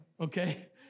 okay